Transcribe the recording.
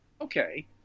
Okay